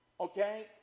okay